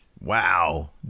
Wow